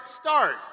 start